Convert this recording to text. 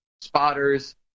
spotters